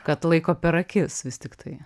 kad laiko per akis vis tiktai